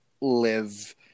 live